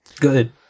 good